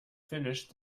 finished